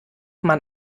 man